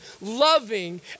loving